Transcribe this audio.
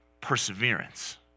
perseverance